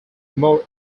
more